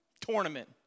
tournament